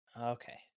okay